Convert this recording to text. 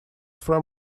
from